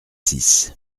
six